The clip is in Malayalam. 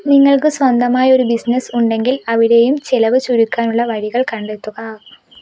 നിങ്ങൾക്ക് സ്വന്തമായി ഒരു ബിസിനസ്സ് ഉണ്ടെങ്കിൽ അവിടെയും ചിലവ് ചുരുക്കാനുള്ള വഴികൾ കണ്ടെത്തുക